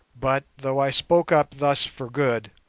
but, though i spoke up thus for good,